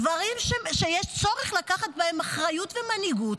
דברים שיש צורך לקחת בהם אחריות ומנהיגות,